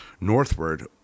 Northward